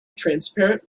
transparent